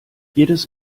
jedes